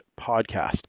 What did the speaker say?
podcast